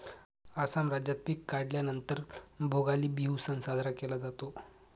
आसाम राज्यात पिक काढल्या नंतर भोगाली बिहू सण साजरा केला जातो